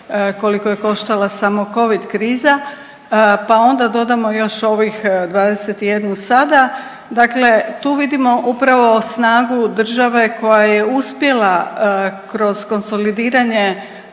koliko je koštala samo covid kriza, pa onda dodamo još ovih 21 sada, dakle tu vidimo upravo snagu države koja je uspjela kroz konsolidiranje